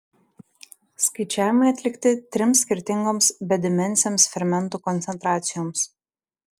skaičiavimai atlikti trims skirtingoms bedimensėms fermentų koncentracijoms